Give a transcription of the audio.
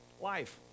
life